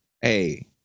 Hey